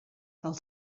del